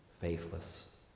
faithless